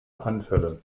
anfälle